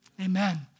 Amen